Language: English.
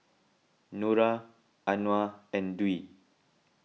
Nura Anuar and Dwi